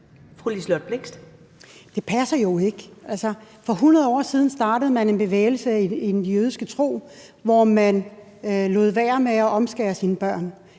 Det passer jo ikke. Altså, for 100 år siden startede man en bevægelse i den jødiske tro, hvor man lod være med at omskære sine børn: